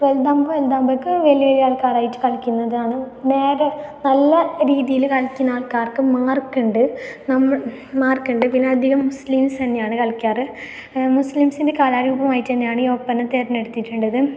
വലുതാവുമ്പം വലുതാവുമ്പൊഴേക്ക് വലിയ വലിയ ആൾക്കാരുമായിട്ട് കളിക്കുന്നതാണ് നേരെ നല്ല രീതിയിൽ കളിക്കുന്ന ആൾക്കാർക്ക് മാർക്കുണ്ട് മാർക്കുണ്ട് പിന്നെ അധികം മുസ്ലിംസ തന്നെയാണ് കളിക്കാറ് മുസ്ലിംസിൻ്റെ കലാരൂപമായിട്ട് തന്നെയാണ് ഈ ഒപ്പന തിരഞ്ഞെടുത്തിട്ടുള്ളത്